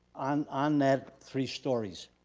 and um that three stories.